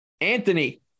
Anthony